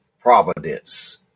providence